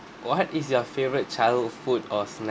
what is your favourite childhood food or snack